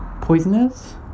Poisonous